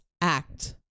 act